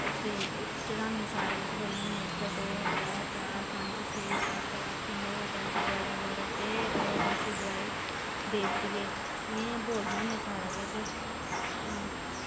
सेब उत्थें चढ़ान्ने सारे किश बोलने होन्ने इक दो त्रै चार पंज छे सतेत अट्ठ नौ दस ग्यारहं बाह्रां तेरां बशदुआए देवतियें इयां इयां बोलने होन्ने सारा किश